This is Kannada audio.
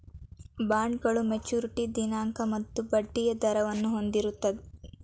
ಬಾಂಡ್ಗಳು ಮೆಚುರಿಟಿ ದಿನಾಂಕ ಮತ್ತು ಬಡ್ಡಿಯ ದರವನ್ನು ಹೊಂದಿರುತ್ತೆ